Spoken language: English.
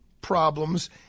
problems